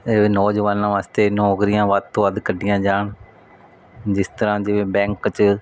ਇਹ ਨੌਜਵਾਨਾਂ ਵਾਸਤੇ ਨੌਕਰੀਆਂ ਵੱਧ ਤੋਂ ਵੱਧ ਕੱਢੀਆਂ ਜਾਣ ਜਿਸ ਤਰ੍ਹਾਂ ਜਿਵੇਂ ਬੈਂਕ 'ਚ